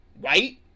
right